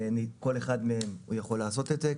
כל אחד מהם יכול לעשות את זה,